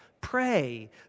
pray